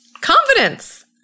confidence